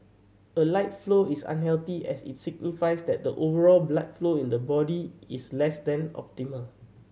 a light flow is unhealthy as it's signifies that the overall blood flow in the body is less than optimal